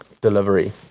delivery